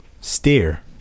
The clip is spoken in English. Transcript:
Steer